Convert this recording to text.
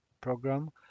program